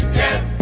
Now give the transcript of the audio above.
yes